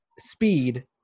Speed